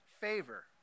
favor